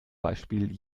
beispiel